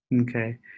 okay